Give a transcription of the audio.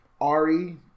Ari